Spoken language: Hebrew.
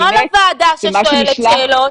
לא על הוועדה ששואלת שאלות,